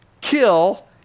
kill